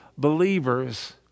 believers